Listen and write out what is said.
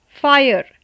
fire